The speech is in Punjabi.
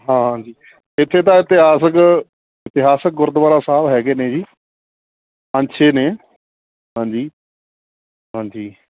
ਹਾਂਜੀ ਇੱਥੇ ਤਾਂ ਇਤਿਹਾਸਿਕ ਇਤਿਹਾਸਿਕ ਗੁਰਦੁਆਰਾ ਸਾਹਿਬ ਹੈਗੇ ਨੇ ਜੀ ਪੰਜ ਛੇ ਨੇ ਹਾਂਜੀ ਹਾਂਜੀ